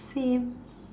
same